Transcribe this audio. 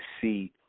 see